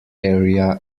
area